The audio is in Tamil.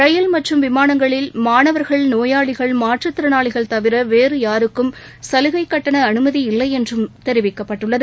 ரயில் மற்றும் விமானங்களில் மாணவர்கள் நோயாளிகள் மாற்றுத்திறனாளிகள் தவிர வேறு யாருக்கும் சலுகை கட்டண அனுமதி இல்லை என்றும் தெரிவிக்கப்பட்டுள்ளது